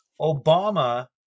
Obama